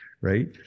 right